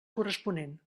corresponent